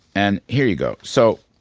and here you go. so